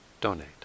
donate